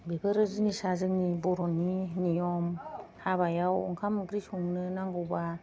बेफोरो जिनिसा जोंनि बर'नि नियम हाबायाव ओंखाम ओंख्रि संनो नांगौबा